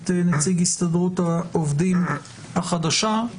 את נציג הסתדרות העובדים החדשה,